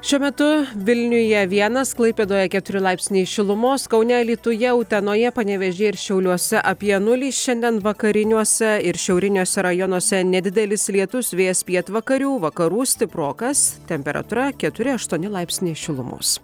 šiuo metu vilniuje vienas klaipėdoje keturi laipsniai šilumos kaune alytuje utenoje panevėžyje ir šiauliuose apie nulį šiandien vakariniuose ir šiauriniuose rajonuose nedidelis lietus vėjas pietvakarių vakarų stiprokas temperatūra keturi aštuoni laipsniai šilumos